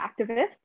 activists